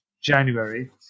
January